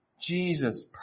jesus